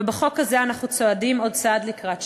ובחוק הזה אנחנו צועדים עוד צעד לקראת שוויון.